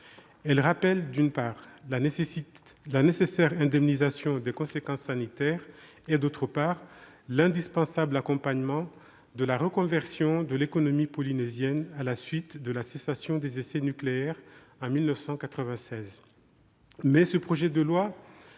Elle rappelle, d'une part, la nécessaire indemnisation des conséquences sanitaires, et, d'autre part, l'indispensable accompagnement de la reconversion de l'économie polynésienne à la suite de la cessation des essais nucléaires en 1996.